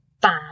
bad